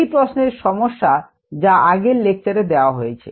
এই প্রশ্নের সমস্যা যা আগের লেকচারে দেওয়া হয়েছে